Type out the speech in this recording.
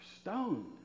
stoned